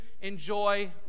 enjoy